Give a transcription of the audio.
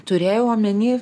turėjau omeny